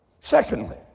Secondly